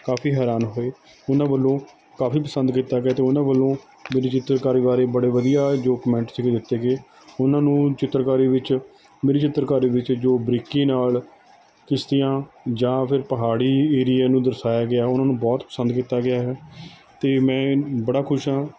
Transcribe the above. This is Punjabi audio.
ਕਾਫ਼ੀ ਹੈਰਾਨ ਹੋਏ ਉਹਨਾਂ ਵੱਲੋਂ ਕਾਫ਼ੀ ਪਸੰਦ ਕੀਤਾ ਗਿਆ ਅਤੇ ਉਹਨਾਂ ਵੱਲੋਂ ਮੇਰੀ ਚਿੱਤਰਕਾਰੀ ਬਾਰੇ ਬੜੇ ਵਧੀਆ ਜੋ ਕਮੈਂਟ ਸੀਗੇ ਦਿੱਤੇ ਗਏ ਉਹਨਾਂ ਨੂੰ ਚਿੱਤਰਕਾਰੀ ਵਿੱਚ ਮੇਰੀ ਚਿੱਤਰਕਾਰੀ ਵਿੱਚ ਜੋ ਬਰੀਕੀ ਨਾਲ਼ ਕਿਸ਼ਤੀਆਂ ਜਾਂ ਫਿਰ ਪਹਾੜੀ ਏਰੀਏ ਨੂੰ ਦਰਸਾਇਆ ਗਿਆ ਉਹਨਾਂ ਨੂੰ ਬਹੁਤ ਪਸੰਦ ਕੀਤਾ ਗਿਆ ਹੈ ਅਤੇ ਮੈਂ ਬੜਾ ਖੁਸ਼ ਹਾਂ